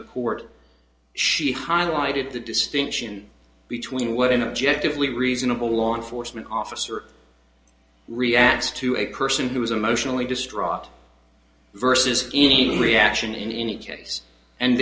the poor she highlighted the distinction between what an objective we reasonable law enforcement officer reacts to a person who is emotionally distraught versus any reaction in any case and